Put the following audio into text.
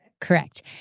Correct